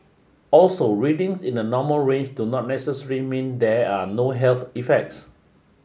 also readings in the normal range do not necessarily mean there are no health effects